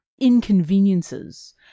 inconveniences